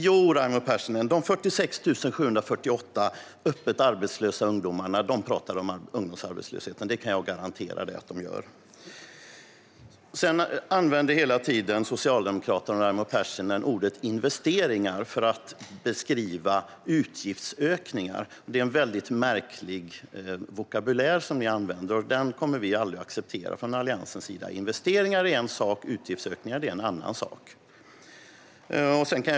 Jodå, Raimo Pärssinen, de 46 748 öppet arbetslösa ungdomarna pratar om ungdomsarbetslösheten. Det kan jag garantera att de gör. Socialdemokraterna och Raimo Pärssinen använder hela tiden ordet investeringar för att beskriva utgiftsökningar. Det är en väldigt märklig vokabulär, och den kommer vi i Alliansen aldrig att acceptera. Investeringar är en sak och utgiftsökningar en annan.